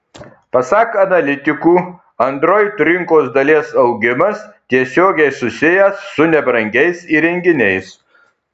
pasak analitikų android rinkos dalies augimas tiesiogiai susijęs su nebrangiais įrenginiais